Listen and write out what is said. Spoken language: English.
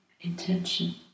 intention